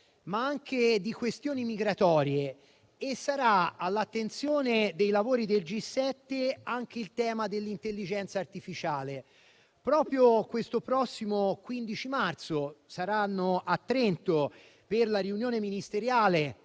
ma anche di questioni migratorie e sarà all'attenzione dei lavori del G7 anche il tema dell'intelligenza artificiale. Proprio il prossimo 15 marzo saranno a Trento per la riunione ministeriale